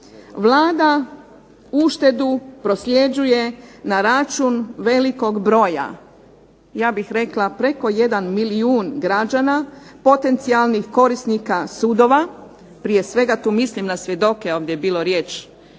Vlada uštedu prosljeđuje na račun velikog broja, ja bih rekla preko 1 milijun građana, potencijalnih korisnika sudova, prije svega tu mislim na svjedoke. Ovdje je bilo riječ